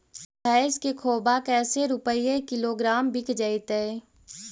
भैस के खोबा कैसे रूपये किलोग्राम बिक जइतै?